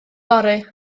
fory